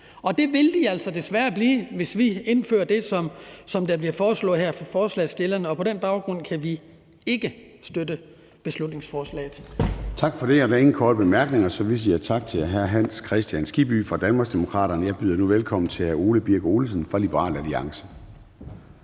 og det vil de altså desværre blive, hvis vi indfører det, som der bliver foreslået her fra forslagsstillernes side, og på den baggrund kan vi ikke støtte beslutningsforslaget.